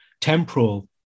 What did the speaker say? temporal